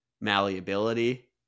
malleability